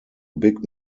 big